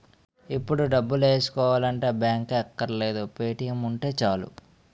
ఇప్పుడు డబ్బులేసుకోవాలంటే బాంకే అక్కర్లేదు పే.టి.ఎం ఉన్నా చాలు